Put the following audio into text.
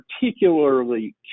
particularly